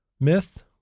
Myth